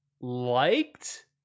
liked